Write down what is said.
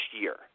year